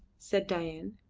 said dain,